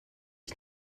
ich